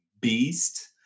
beast